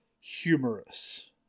humorous